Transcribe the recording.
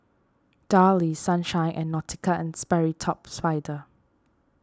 Darlie Sunshine and Nautica and Sperry Top Sider